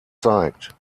zeigt